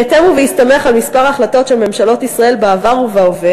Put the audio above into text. בהתאם ובהסתמך על כמה החלטות של ממשלות ישראל בעבר ובהווה